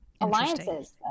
alliances